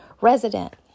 resident